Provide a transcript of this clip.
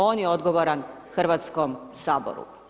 On je odgovoran Hrvatskom saboru.